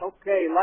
Okay